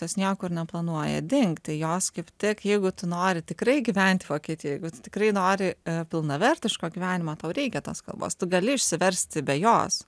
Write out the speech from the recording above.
jos niekur neplanuoja dingti jos kaip tiek jeigu tu nori tikrai gyventi vokietijoj tikrai nori pilnavertiško gyvenimo tau reikia tos kalbos tu gali išsiversti be jos